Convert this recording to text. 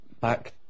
back